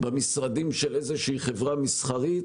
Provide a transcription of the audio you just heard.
במשרדים של איזושהי חברה מסחרית